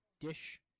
dish